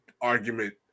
argument